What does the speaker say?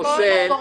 פוסל.